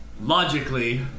Logically